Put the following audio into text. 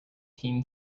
team